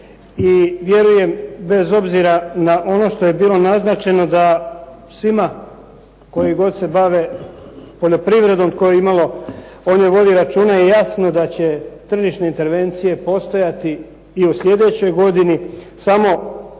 i vjerujem bez obzira na ono što je bilo naznačeno da svima koji god se bave poljoprivredom, koji imalo o njoj vodi računa je jasno da će tržišne intervencije postojati i u sljedećoj godini samo što